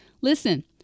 Listen